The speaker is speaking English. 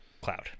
cloud